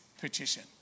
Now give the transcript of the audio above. petition